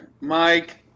Mike